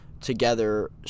together